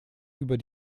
über